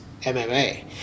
MMA